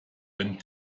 wenn